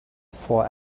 for